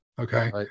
okay